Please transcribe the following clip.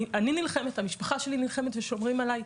אני נלחמת, המשפחה שלי נלחמת ושומרים עלי.